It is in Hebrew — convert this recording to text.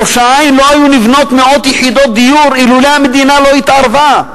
בראש-העין לא היו נבנות מאות יחידות דיור אילולא המדינה התערבה.